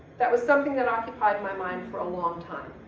that was something that occupied my mind for a long time.